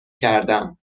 کردم